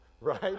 right